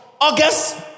August